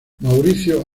mauricio